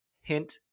Hint